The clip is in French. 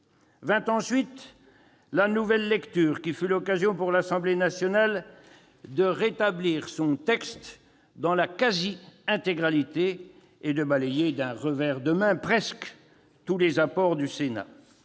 Vint ensuite la nouvelle lecture, qui fut l'occasion pour l'Assemblée nationale de rétablir son texte dans sa quasi-intégralité et de balayer d'un revers de main presque tous les apports du Sénat